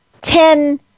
ten